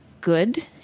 good